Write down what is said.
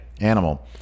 Animal